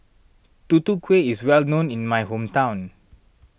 Tutu Kueh is well known in my hometown